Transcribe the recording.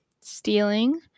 stealing